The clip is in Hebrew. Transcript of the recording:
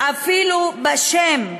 אפילו בשם,